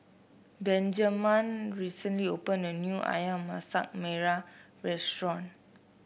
Benjaman recently opened a new ayam Masak Merah Restaurant